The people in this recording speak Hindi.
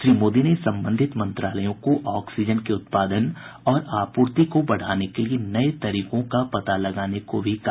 श्री मोदी ने संबंधित मंत्रालयों को ऑक्सीजन के उत्पादन और आपूर्ति को बढ़ाने के लिये नये तरीकों का पता लगाने को भी कहा